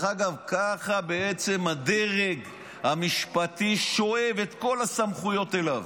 ככה בעצם הדרג המשפטי שואב את כל הסמכויות אליו,